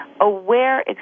aware